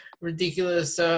ridiculous –